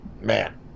man